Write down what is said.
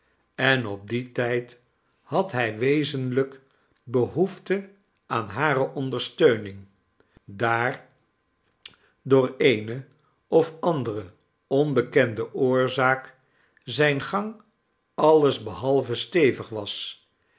en op dien tijd had hij wezenlijk behoefte aan hare ondersteuning daar door eene of andere onbekende oorzaak zijn gang alles behalve stevig was